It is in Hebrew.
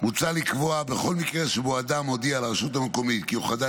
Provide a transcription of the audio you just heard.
מוצע לקבוע שבכל מקרה שבו אדם הודיע לרשות המקומית כי הוא חדל